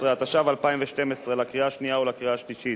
11), התשע"ב 2012, לקריאה השנייה ולקריאה השלישית.